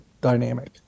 dynamic